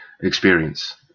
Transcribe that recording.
experience